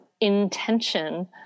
intention